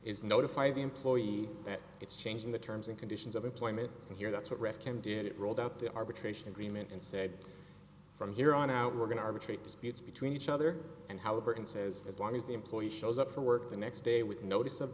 is notify the employee that it's changing the terms and conditions of employment here that's what risk him did it rolled out the arbitration agreement and said from here on out we're going to arbitrate disputes between each other and how burton says as long as the employee shows up to work the next day with notice of